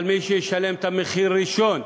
אבל מי שישלם את המחיר ראשון,